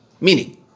Meaning